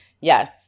Yes